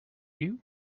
you